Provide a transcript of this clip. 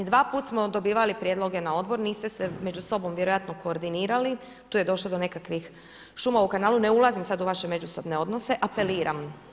Dva put smo dobivali prijedloge na odbor, niste se među sobom vjerojatno koordinirali, tu je došlo do nekakvih šuma u kanalu, ne ulazim sada u vaše međusobne u odnose, apeliram.